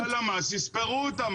שהלמ"ס יספרו אותם,